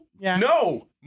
no